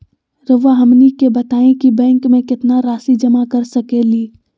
रहुआ हमनी के बताएं कि बैंक में कितना रासि जमा कर सके ली?